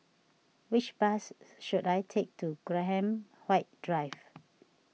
which bus should I take to Graham White Drive